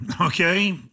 Okay